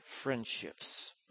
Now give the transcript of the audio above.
friendships